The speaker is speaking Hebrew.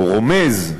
או רומז,